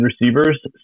receivers